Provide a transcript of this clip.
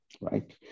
right